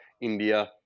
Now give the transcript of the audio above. India